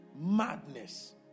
madness